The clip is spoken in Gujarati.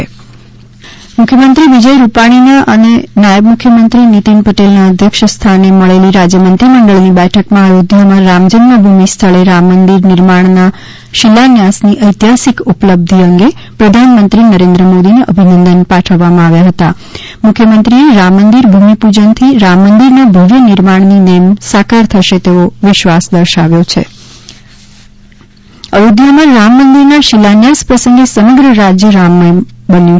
મંત્રીમંડળ અભિનંદન મુખ્યમંત્રી વિજય રૂપાણીના અને નાયબ મુખ્યમંત્રી નીતિન પટેલના અધ્યક્ષ સ્થાને મળેલી રાજ્ય મંત્રીમંડળની બેઠકમાં અયોધ્યામાં રામ જન્મભૂમિ સ્થળે રામ મંદિર નિર્માણના શિલાન્યાસની ઐતિહાસિક ઉપલબ્ધિ અંગે પ્રધાનમંત્રી નરેન્દ્ર મોદીને અભિનંદન પાઠવ્યા હતા મુખ્યમંત્રીએ રામમંદિર ભૂમિપૂજનથી રામમંદિરના ભવ્ય નિર્માણની નેમ માકાર થશે તેવો વિશ્વાસ દર્શાવ્યો છે ઉજવણી અયોધ્યામાં રામમંદિરના શિલાન્યાસ પ્રસંગે સમગ્ર રાજય રામમય બન્યુ